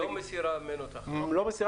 לא מסירה לחלוטין.